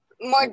more